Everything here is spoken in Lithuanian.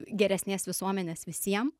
geresnės visuomenės visiem